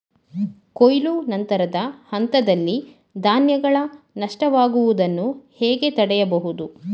ಕೊಯ್ಲು ನಂತರದ ಹಂತದಲ್ಲಿ ಧಾನ್ಯಗಳ ನಷ್ಟವಾಗುವುದನ್ನು ಹೇಗೆ ತಡೆಯಬಹುದು?